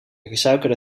gesuikerde